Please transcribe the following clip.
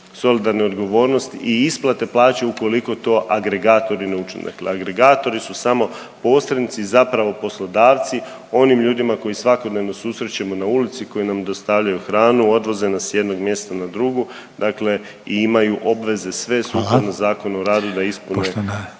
solidarne odgovornosti i isplate plaća ukoliko to agregatori ne učine. Dakle, agregatori su samo posrednici zapravo poslodavci onim ljudima koji svakodnevno susrećemo na ulici, koji nam dostavljaju hranu, odvoze nas s jednog mjesta na drugo dakle i imaju obveze sve sukladno …/Upadica: